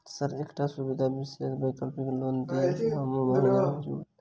Sir एकटा सुविधा विशेष वैकल्पिक लोन दिऽ हम महीने महीने चुका देब?